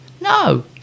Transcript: No